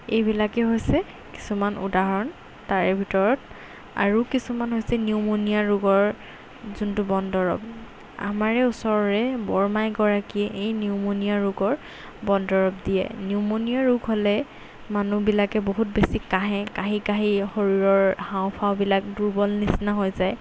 এইবিলাকেই হৈছে কিছুমান উদাহৰণ তাৰে ভিতৰত আৰু কিছুমান হৈছে নিউমনীয়া ৰোগৰ যোনটো বন দৰৱ আমাৰে ওচৰৰে বৰমা এগৰাকীয়ে এই নিউমনীয়া ৰোগৰ বন দৰৱ দিয়ে নিউমনীয়া ৰোগ হ'লে মানুহবিলাকে বহুত বেছি কাহে কাহি কাহি শৰীৰৰ হাওঁফাওঁবিলাক দুৰ্বল নিচিনা হৈ যায়